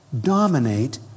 dominate